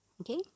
okay